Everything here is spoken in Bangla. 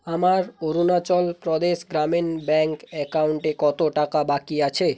আমার অরুণাচল প্রদেশ গ্রামীণ ব্যাঙ্ক অ্যাকাউন্টে কত টাকা বাকি আছে